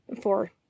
four